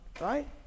right